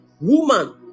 Woman